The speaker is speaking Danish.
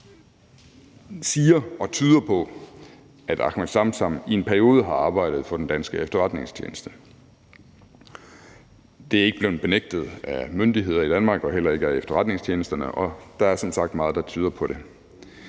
der tyder på, at Ahmed Samsam i en periode har arbejdet for den danske efterretningstjeneste. Det er ikke blevet benægtet af myndigheder i Danmark og heller ikke af efterretningstjenesterne, og der er som sagt meget, der tyder på det.